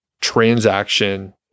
transaction